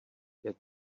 get